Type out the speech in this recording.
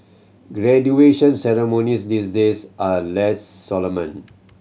graduation ceremonies these days are less solemn